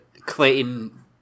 clayton